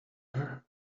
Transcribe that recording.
her